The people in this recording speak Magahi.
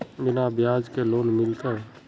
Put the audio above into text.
बिना ब्याज के लोन मिलते?